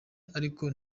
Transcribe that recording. ariko